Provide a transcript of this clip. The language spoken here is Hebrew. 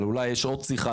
אבל אולי יש עוד שיחה.